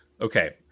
okay